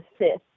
assist